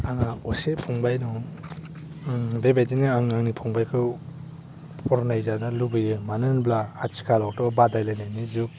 आंहा असे फंबाय दं बेबायदिनो आं आंनि फंबायखौ फरायनाय जाजानो लुबैयो मानो होनोब्ला आथिखालावथ' बादायलायनायनि जुग